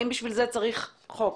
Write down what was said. האם בשביל זה צריך חוק.